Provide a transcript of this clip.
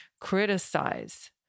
criticize